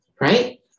right